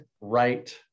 right